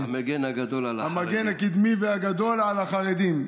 המגן הגדול על החרדים.